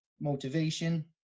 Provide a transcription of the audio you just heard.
motivation